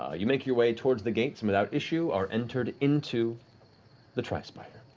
ah you make your way towards the gate and, without issue, are entered into the tri-spire.